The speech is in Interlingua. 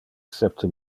septe